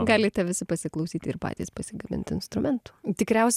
galite visi pasiklausyti ir patys pasigaminti instrumentų tikriausiai